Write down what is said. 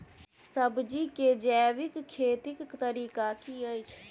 सब्जी केँ जैविक खेती कऽ तरीका की अछि?